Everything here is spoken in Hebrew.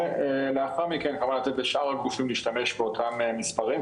ולאחר מכן ניתן לשאר הגופים להשתמש באותם מספרים,